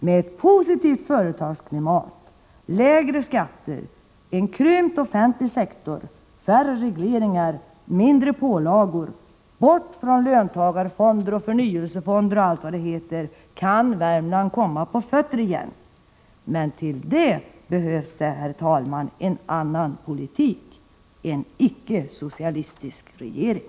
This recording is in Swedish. Med ett positivt företagsklimat, lägre skatter, en krympt offentlig sektor, färre regleringar, mindre pålagor — bort från löntagarfonder, förnyelsefonder och allt vad det heter! — kan Värmland komma på fötter igen. Men till det behövs det, herr talman, en annan politik, en icke-socialistisk regering!